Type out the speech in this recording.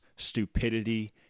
stupidity